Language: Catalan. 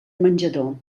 menjador